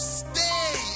stay